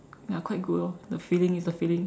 ya quite good lor the feeling it's the feeling